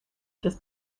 this